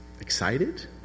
Excited